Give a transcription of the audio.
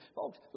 Folks